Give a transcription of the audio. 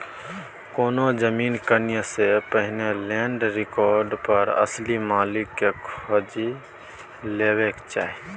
कोनो जमीन कीनय सँ पहिने लैंड रिकार्ड पर असली मालिक केँ खोजि लेबाक चाही